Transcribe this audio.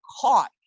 caught